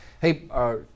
Hey